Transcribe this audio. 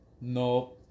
no